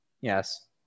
Yes